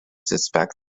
suspect